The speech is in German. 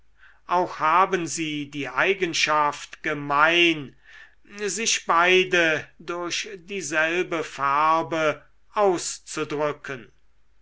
auch haben sie die eigenschaft gemein sich beide durch dieselbe farbe auszudrücken